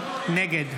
נגד